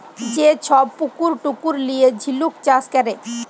যে ছব পুকুর টুকুর লিঁয়ে ঝিলুক চাষ ক্যরে